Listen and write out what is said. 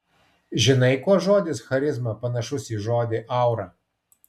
žinai kuo žodis charizma panašus į žodį aura